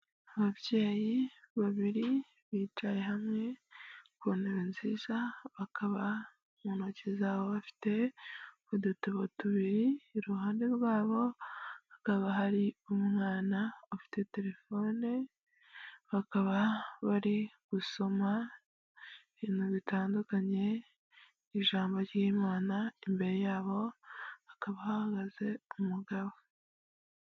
Ababyeyi babiri bicaye hamwe ku ntebe nziza bakaba mu ntoki zabo bafite udutabo tubiri, iruhande rwabo hakaba hari umwana afite telefone bakaba bari gusoma ibintu bitandukanye ijambo ry'imana, imbere yabo hakaba hahagaze umugabo.